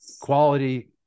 quality